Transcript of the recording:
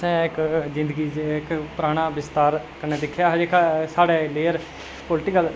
असें इक्क जिंदगी च इक्क पराना विस्तार कन्नै दिक्खेआ हा साढ़े लेअर पॉलीटिकल